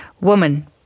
Woman